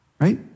Right